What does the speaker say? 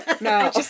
no